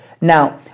Now